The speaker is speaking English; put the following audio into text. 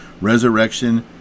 Resurrection